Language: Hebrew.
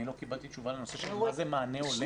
אני לא קיבלתי תשובה על השאלה מה זה מענה הולם.